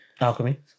Alchemy